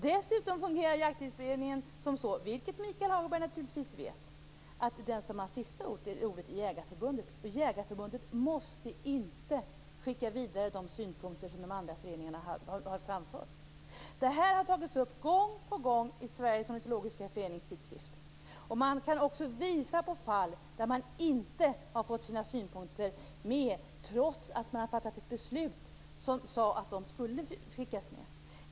Dessutom fungerar Jakttidsberedningen så, vilket Michael Hagberg naturligtvis vet, att den som har sista ordet är Jägareförbundet, och Jägareförbundet måste inte skicka vidare de synpunkter som de andra föreningarna har framfört. Det här har tagits upp gång på gång i Sveriges ornitologiska förenings tidskrift. Man kan också visa på fall där man inte fått med sina synpunkter, trots att det fattats beslut om att de skulle skickas med.